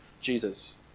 Jesus